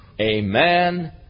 Amen